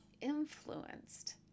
influenced